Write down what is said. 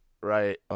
right